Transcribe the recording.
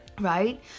right